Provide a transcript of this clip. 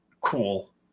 cool